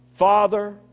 Father